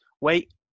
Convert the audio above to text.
Wait